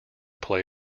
play